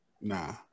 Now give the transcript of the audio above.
nah